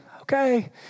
okay